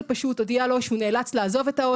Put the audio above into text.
אנחנו פשוט אוהבים תמיד להתלונן.